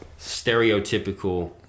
stereotypical